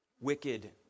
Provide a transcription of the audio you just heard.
wicked